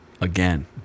again